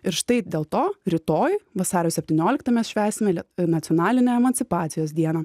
ir štai dėl to rytoj vasario septyniolikta švęsime nacionalinę emancipacijos dieną